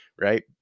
right